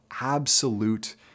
absolute